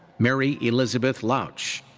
mary elizabeth loutsch.